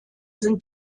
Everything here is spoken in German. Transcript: sind